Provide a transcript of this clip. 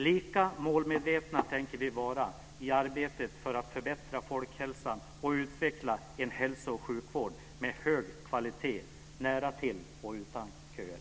Lika målmedvetna tänker vi vara i arbetet för att förbättra folkhälsan och utveckla en hälso och sjukvård med hög kvalitet, en sjukvård nära till och utan köer.